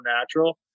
natural